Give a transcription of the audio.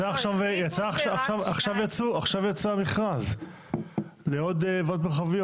עכשיו יצא המכרז לעוד ועדות מרחביות.